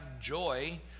joy